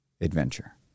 Adventure